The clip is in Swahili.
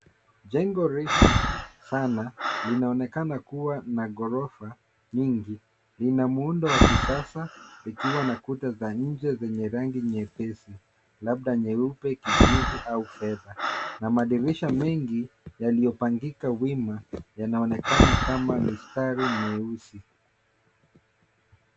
Jengo refu, sana, linaonekana kuwa na ghorofa nyingi, lina muundo wa kisasa, likiwa na kuta za nje, zenye rangi nyepesi, labda nyeupe, kijivu, au fedha, na madirisha mengi yaliopangika wima, yanaonekana kama mistari mieusi.